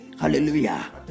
Hallelujah